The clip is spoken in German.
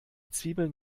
zwiebeln